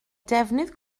defnydd